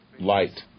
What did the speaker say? light